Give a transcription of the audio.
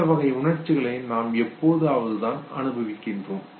இந்தவகை உணர்ச்சிகளை நாம் எப்போதாவதுதான் அனுபவிக்கிறோம்